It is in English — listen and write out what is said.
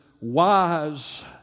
wise